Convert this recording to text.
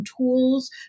tools